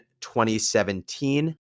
2017